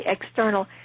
external